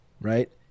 right